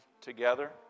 together